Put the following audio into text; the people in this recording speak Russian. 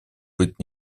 быть